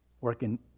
working